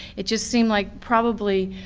it just seemed like probably,